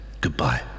Goodbye